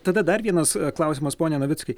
tada dar vienas klausimas pone navickai